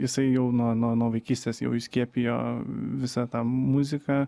jisai jau nuo nuo nuo vaikystės jau įskiepijo visą tą muziką